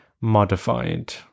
modified